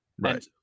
Right